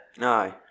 Aye